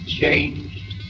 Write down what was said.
changed